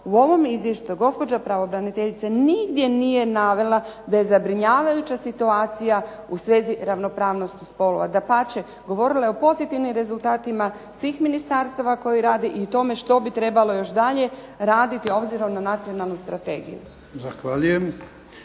u ovom izvješću gospođa pravobraniteljica nigdje nije navela da je zabrinjavajuća situacija u svezi ravnopravnosti spolova. Dapače, govorila je o pozitivnim rezultatima svih ministarstava koje rade i o tome što bi trebalo dalje raditi, a obzirom na nacionalnu strategiju.